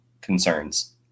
concerns